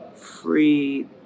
free